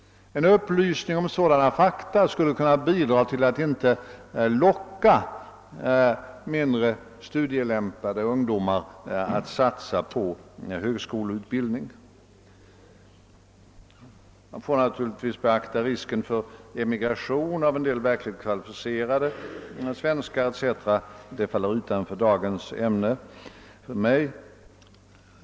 En upplysning om sådana fakta skulle kunna bidra till att mindre studielämpade ungdomar inte lockas att satsa på högskoleutbildning. Man får naturligtvis beakta risken för emigration av en del verkligt kvalificerade svenskar, men den frågan faller utanför dagens ämne för mig.